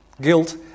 guilt